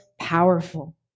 powerful